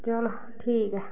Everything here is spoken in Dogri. चलो ठीक ऐ